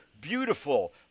beautiful